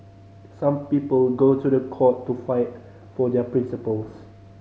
some people go to the court to fight for their principles